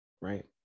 right